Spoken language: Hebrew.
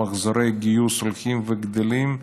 מחזורי הגיוס הולכים וגדלים,